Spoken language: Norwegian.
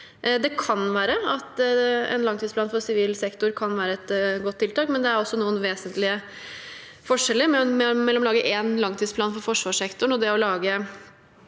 En langtidsplan for sivil sektor kan være et godt tiltak, men det er også noen vesentlige forskjeller mellom å lage en langtidsplan for forsvarssektoren og det å lage